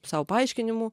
sau paaiškinimų